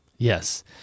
Yes